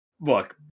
look